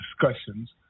discussions